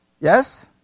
Yes